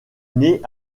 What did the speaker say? née